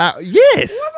Yes